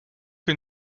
que